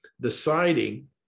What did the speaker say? deciding